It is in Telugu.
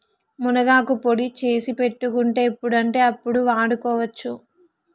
మునగాకు పొడి చేసి పెట్టుకుంటే ఎప్పుడంటే అప్పడు వాడుకోవచ్చు